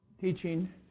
teaching